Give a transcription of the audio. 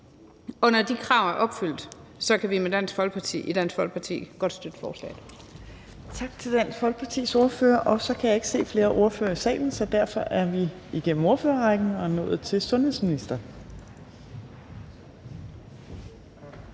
Når de krav er opfyldt, kan vi i Dansk Folkeparti godt støtte forslaget. Kl. 14:34 Tredje næstformand (Trine Torp): Tak til Dansk Folkepartis ordfører. Så kan jeg ikke se flere ordførere i salen, og derfor er vi igennem ordførerrækken og er nået til sundhedsministeren.